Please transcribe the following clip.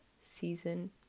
season